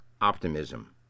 optimism